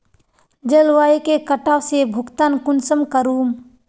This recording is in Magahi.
जलवायु के कटाव से भुगतान कुंसम करूम?